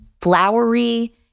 flowery